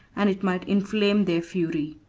and it might inflame their fury.